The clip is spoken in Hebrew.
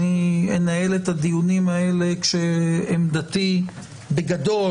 אני אנהל את הדיונים האלה כשעמדתי בגדול